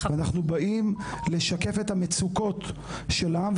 אנחנו באים לשקף את המצוקות של העם,